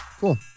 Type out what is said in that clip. Cool